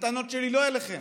הטענות שלי הן לא אליכם,